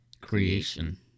creation